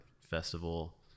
festival